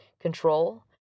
control